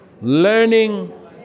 Learning